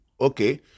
Okay